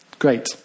Great